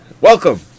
Welcome